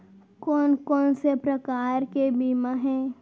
कोन कोन से प्रकार के बीमा हे?